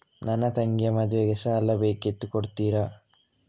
ನನ್ನ ತಂಗಿಯ ಮದ್ವೆಗೆ ಸಾಲ ಬೇಕಿತ್ತು ಕೊಡ್ತೀರಾ?